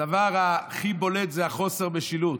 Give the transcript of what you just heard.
הדבר הכי בולט זה חוסר המשילות.